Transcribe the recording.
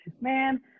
man